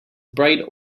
bright